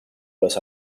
los